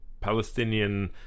Palestinian